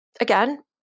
Again